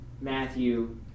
Matthew